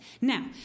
Now